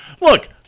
Look